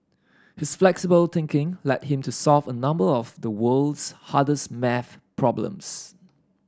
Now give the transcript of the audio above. his flexible thinking led him to solve a number of the world's hardest maths problems